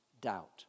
Doubt